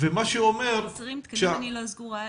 לגבי מחסור בתקנים - אני לא יודעת.